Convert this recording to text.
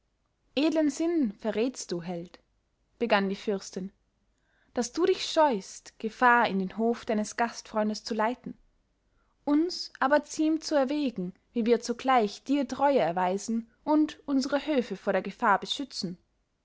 edlen sinn verrätst du held begann die fürstin daß du dich scheust gefahr in den hof deines gastfreundes zu leiten uns aber ziemt zu erwägen wie wir zugleich dir treue erweisen und unsere höfe vor der gefahr beschützen